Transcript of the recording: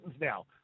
now